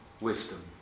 wisdom